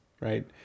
right